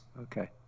Okay